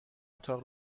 اتاق